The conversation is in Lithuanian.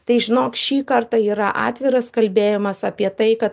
tai žinok šį kartą yra atviras kalbėjimas apie tai kad